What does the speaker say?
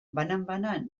banan